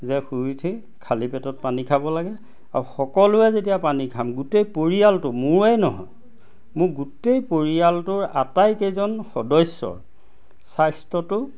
যে শুই উঠি খালী পেটত পানী খাব লাগে আৰু সকলোৱে যেতিয়া পানী খাম গোটেই পৰিয়ালটো মোৰেই নহয় মোৰ গোটেই পৰিয়ালটোৰ আটাইকেইজন সদস্যৰ স্বাস্থ্যটো